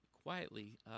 Quietly